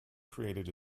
created